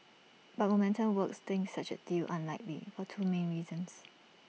but momentum works thinks such A deal unlikely for two main reasons